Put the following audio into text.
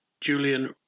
Julian